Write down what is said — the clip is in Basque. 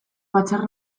batzar